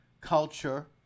culture